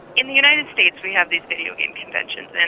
in the united states we have these videogame conventions, and